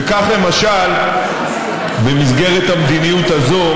וכך, למשל, במסגרת המדיניות הזו,